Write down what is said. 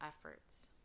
efforts